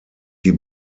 die